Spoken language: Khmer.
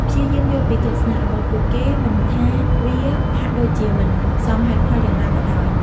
ព្យាយាមយល់ពីទស្សនៈរបស់ពួកគេ មិនថាវាហាក់ដូចជាមិនសមហេតុផលយ៉ាងណាក៏ដោយ។